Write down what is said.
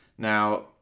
Now